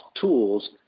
tools